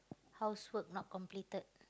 housework not completed